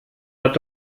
hat